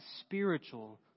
spiritual